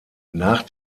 nach